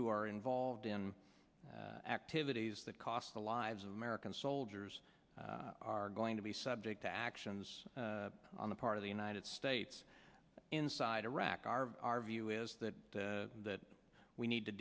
who are involved in activities that cost the lives of american soldiers are going to be subject to actions on the part of the united states inside iraq our view is that that we need to